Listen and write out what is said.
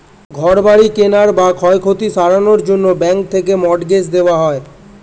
ঘর বাড়ি কেনার বা ক্ষয়ক্ষতি সারানোর জন্যে ব্যাঙ্ক থেকে মর্টগেজ দেওয়া হয়